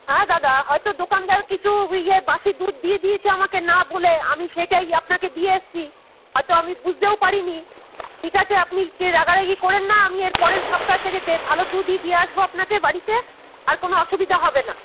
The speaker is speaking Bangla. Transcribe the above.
হ্যাঁ দাদা হয়তো দোকানদার কিছু ইয়ে বাসি দুধ দিয়ে দিয়েছে আমাকে না বলে আমি সেইটাই আপনাকে দিয়ে এসছি হয়তো আমি বুঝতেও পারিনি ঠিক আছে আপনি রাগারাগি করেন না আমি এর পরের সপ্তাহ থেকে ভালো দুধই দিয়ে আসবো আপনাকে বাড়িতে আর কোনো অসুবিধা হবে না